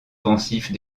pensif